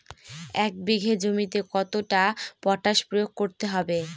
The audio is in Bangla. এক বিঘে জমিতে কতটা পটাশ প্রয়োগ করতে হবে?